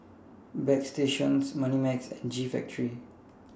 Bagstationz Moneymax and G Factory